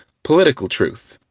political truth.